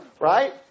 right